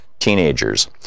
teenagers